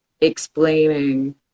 explaining